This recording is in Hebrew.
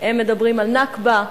הם מדברים על נכבה.